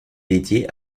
dédiée